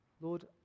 Lord